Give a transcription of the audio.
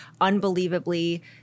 unbelievably